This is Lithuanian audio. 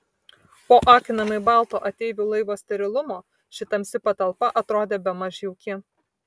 po akinamai balto ateivių laivo sterilumo ši tamsi patalpa atrodė bemaž jauki